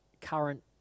current